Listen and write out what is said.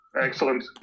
Excellent